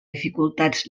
dificultats